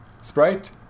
sprite